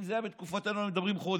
אם זה היה בתקופתנו, היו מדברים חודש.